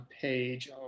page